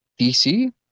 dc